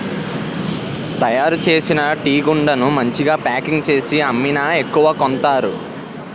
తయారుచేసి ఉన్న టీగుండను మంచిగా ప్యాకింగ్ చేసి అమ్మితే ఎక్కువ కొంతారు